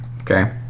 Okay